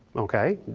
ok,